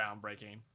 groundbreaking